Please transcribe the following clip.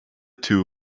two